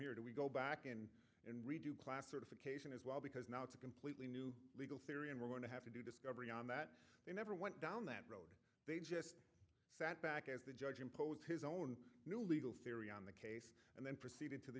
here do we go back and redo class certification as well because now it's a completely legal theory and we're going to have to do discovery on that they never went down that road they just sat back as the judge imposed his own new legal theory on the case and then proceeded to the